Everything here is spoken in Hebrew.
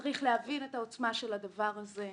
צריך להבין את העוצמה של הדבר הזה,